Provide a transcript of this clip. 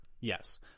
yes